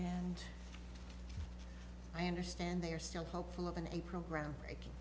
and i understand they are still hopeful of an april groundbreaking